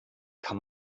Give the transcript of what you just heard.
kann